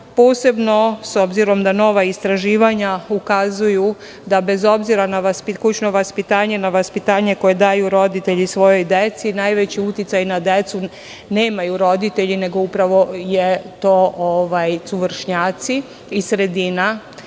posebno, s obzirom na nova istraživanja koja ukazuju da bez obzira na kućno vaspitanje, vaspitanje koje daju roditelji svojoj deci, najveći uticaj na decu nemaju roditelji, nego su to vršnjaci i sredina.